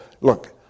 Look